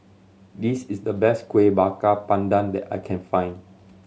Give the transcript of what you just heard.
this is the best Kuih Bakar Pandan that I can find